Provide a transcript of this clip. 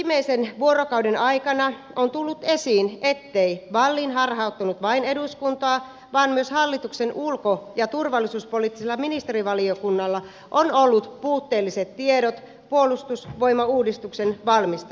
viimeisen vuorokauden aikana on tullut esiin ettei wallin harhauttanut vain eduskuntaa vaan myös hallituksen ulko ja turvallisuuspoliittisella ministerivaliokunnalla on ollut puutteelliset tiedot puolustusvoimauudistuksen valmistelusta